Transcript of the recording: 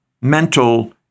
mental